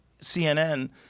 CNN